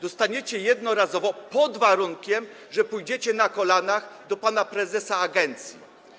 Dostaniecie jednorazowo, pod warunkiem że pójdziecie na kolanach do pana prezesa agencji.